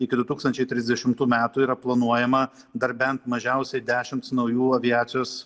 iki du tūkstančiai trisdešimtų metų yra planuojama dar bent mažiausiai dešims naujų aviacijos